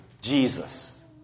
Jesus